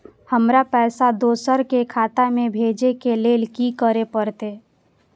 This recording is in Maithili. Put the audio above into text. हमरा पैसा दोसर के खाता में भेजे के लेल की करे परते?